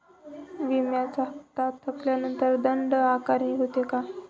विम्याचा हफ्ता थकल्यानंतर दंड आकारणी होते का?